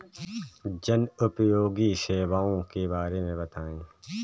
जनोपयोगी सेवाओं के बारे में बताएँ?